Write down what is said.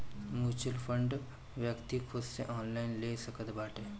mutual fund व्यक्ति खुद से ऑनलाइन ले सकत बाटे